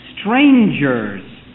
Strangers